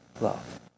love